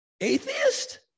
Atheist